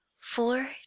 Four